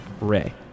Ray